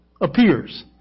appears